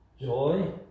joy